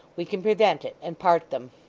we can prevent it, and part them